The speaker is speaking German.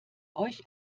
euch